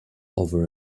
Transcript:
over